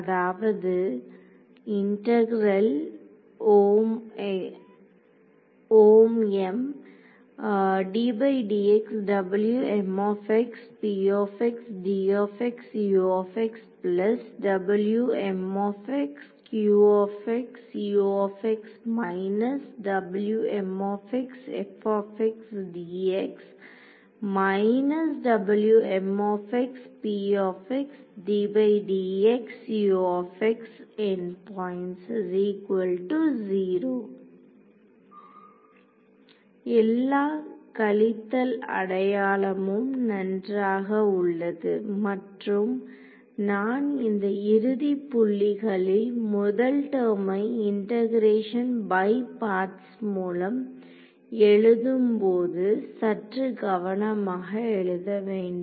அதாவது எல்லா கழித்தல் அடையாளமும் நன்றாக உள்ளது மற்றும் நான் இந்த இறுதி புள்ளிகளில் முதல் டெர்மை இண்டெகரேஷன் பை பார்ட்ஸ் மூலம் எழுதும் போது சற்று கவனமாக எழுத வேண்டும்